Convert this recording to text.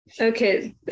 Okay